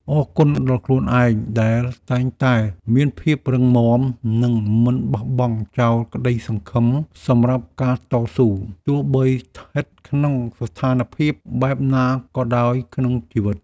អរគុណដល់ខ្លួនឯងដែលតែងតែមានភាពរឹងមាំនិងមិនបោះបង់ចោលក្ដីសង្ឃឹមសម្រាប់ការតស៊ូទោះបីស្ថិតក្នុងស្ថានភាពបែបណាក៏ដោយក្នុងជីវិត។